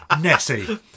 Nessie